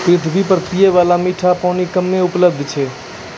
पृथ्वी पर पियै बाला मीठा पानी कम्मे उपलब्ध छै